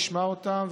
אשמע אותם,